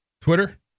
Twitter